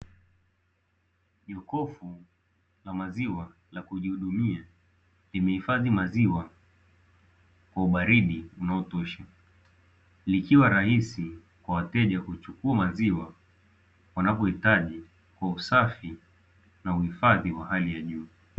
Jokofu la maziwa la kujihudumia, limehifadhi maziwa kwa ubaridi unaotosha, likiwa rahisi kwa wateja kuchukua maziwa wanapohitaji kwa usafi na uhifadhi wa hali ya juu.